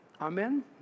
Amen